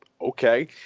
okay